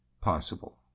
possible